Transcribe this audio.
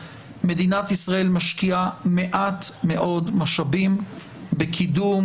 מדינת ישראל משקיעה מעט מאוד משאבים בקידום